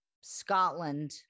Scotland